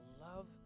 love